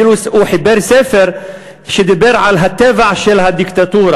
אפילו הוא חיבר ספר שדיבר על הטבע של הדיקטטורה.